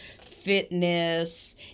fitness